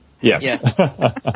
Yes